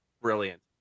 brilliant